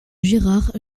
gerard